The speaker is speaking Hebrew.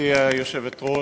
גברתי היושבת-ראש,